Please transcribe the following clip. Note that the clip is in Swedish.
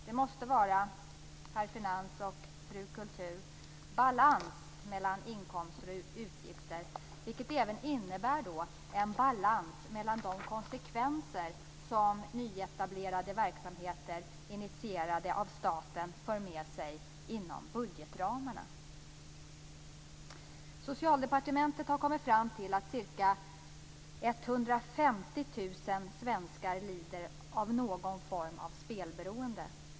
Det måste vara - herr Finans och fru Kultur - balans mellan inkomster och utgifter, vilket även innebär en balans mellan de konsekvenser som nyetablerade verksamheter initierade av staten för med sig inom budgetramarna. Socialdepartementet har kommit fram till att ca 150 000 svenskar lider av någon form av spelberoende.